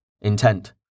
intent